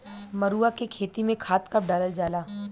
मरुआ के खेती में खाद कब डालल जाला?